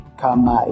kama